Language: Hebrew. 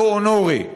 tanto onore,